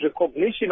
recognition